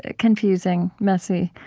ah confusing, messy.